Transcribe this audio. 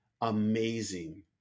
amazing